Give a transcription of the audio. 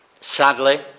Sadly